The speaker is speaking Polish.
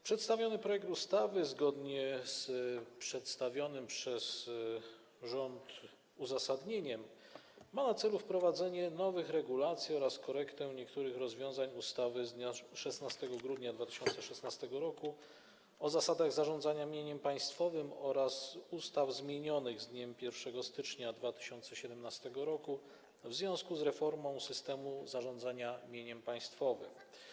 Przedstawiony projekt ustawy, zgodnie z przedstawionym przez rząd uzasadnieniem, ma na celu wprowadzenie nowych regulacji i korektę niektórych rozwiązań ustawy z dnia 16 grudnia 2016 r. o zasadach zarządzania mieniem państwowym oraz ustaw zmienionych z dniem 1 stycznia 2017 r. w związku z reformą systemu zarządzania mieniem państwowym.